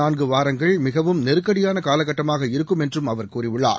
நான்கு வாரங்கள் மிகவும் நெருக்கடியான காலக்கட்டமாக இருக்கும் என்றும் அவர் கூறியுள்ளார்